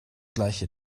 gleiche